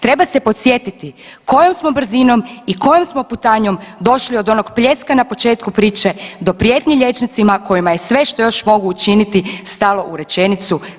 Treba se podsjetiti kojom smo brzinom i kojom smo putanjom došli od onog pljeska na početku priče do prijetnji liječnicima kojima je sve što još mogu učiniti stalo u rečenicu.